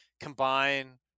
combine